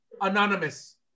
anonymous